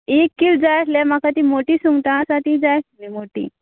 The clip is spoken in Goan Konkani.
एक किल जाय आसलें म्हाका ती मोटी सुंगटां आसा ती जाय आसलीं मोटी